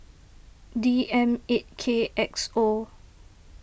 D M eight K X O